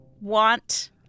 want